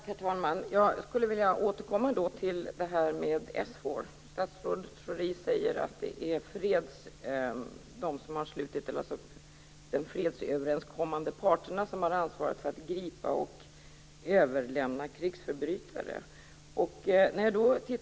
Herr talman! Jag skulle vilja återkomma till SFOR. Statsrådet Schori säger att det är fredsöverenskommelsens parter som har ansvaret för att gripa och överlämna krigsförbrytare.